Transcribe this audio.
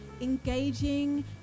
engaging